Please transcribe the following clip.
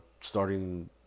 starting